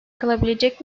kalabilecek